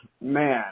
man